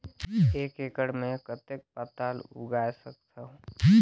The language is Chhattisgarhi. एक एकड़ मे कतेक पताल उगाय सकथव?